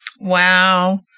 Wow